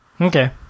Okay